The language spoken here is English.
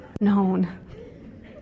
known